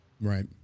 Right